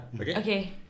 Okay